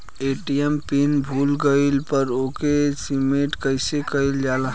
ATM pin भूल गईल पर ओके रीसेट कइसे कइल जाला?